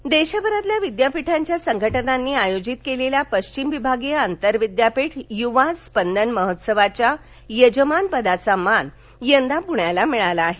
यवा महोत्सव देशभरातल्या विद्यापीठांच्या संघटनांनी आयोजित केलेल्या पश्चिम विभागीय आंतरविद्यापीठ युवा स्पंदन महोत्सवाच्या यजमानपदाचा मान यंदा पुण्याला मिळाला आहे